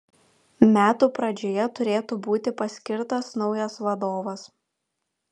metų pradžioje turėtų būti paskirtas naujas vadovas